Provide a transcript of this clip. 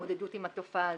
להתמודדות עם התופעה הזאת.